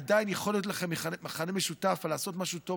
עדיין יכול להיות לכם מכנה משותף לעשות משהו טוב